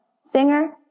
singer